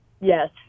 Yes